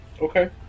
Okay